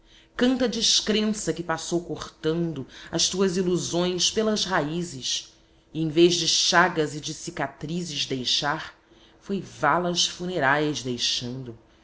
canta canta a descrença que passou cortanto as tuas ilusões pelas raízes e em vez de chagas e de cicatrizes deixar foi valas funerais deixando